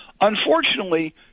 Unfortunately